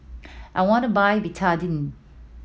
I want to buy Betadine